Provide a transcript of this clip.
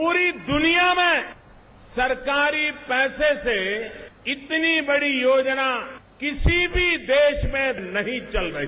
पूरी दुनिया में सरकारी पैसे से इतनी बड़ी योजना किसी भी देश में नहीं चल रही